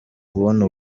kubona